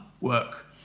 work